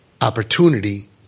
opportunity